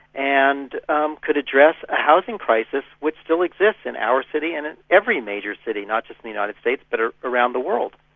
and um could address a housing crisis which still exists in our city and in every major city, not just in the united states, but around the world.